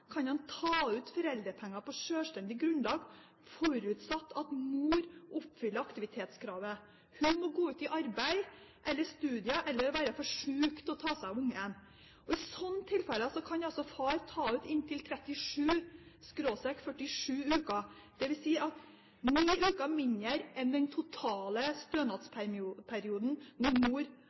kan han ta ut foreldrepenger på sjølstendig grunnlag forutsatt at mor oppfyller aktivitetskravet. Hun må gå ut i arbeid eller studier, eller være for syk til å ta seg av barnet. I slike tilfeller kan far ta ut inntil 37/47 uker, dvs. ni uker mindre enn den totale stønadsperioden, når mor